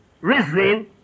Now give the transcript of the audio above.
reason